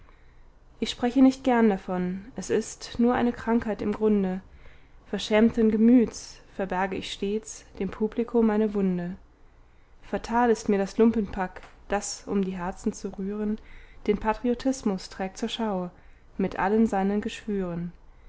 ich spreche nicht gern davon es ist nur eine krankheit im grunde verschämten gemütes verberge ich stets dem publiko meine wunde fatal ist mir das lumpenpack das um die herzen zu rühren den patriotismus trägt zur schau mit allen seinen geschwüren